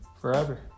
Forever